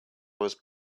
was